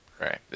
Right